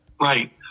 Right